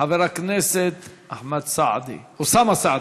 חבר הכנסת אוסאמה סעדי.